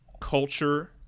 culture